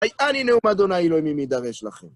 אני, נאום אדוני אלוהים, מי ידרש לכם.